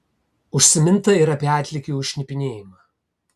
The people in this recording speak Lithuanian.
užsiminta ir apie atlygį už šnipinėjimą